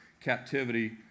captivity